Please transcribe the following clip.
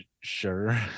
sure